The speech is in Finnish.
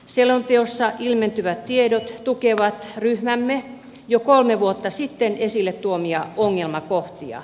selonteossa ilmentyvät tiedot tukevat ryhmämme jo kolme vuotta sitten esille tuomia ongelmakohtia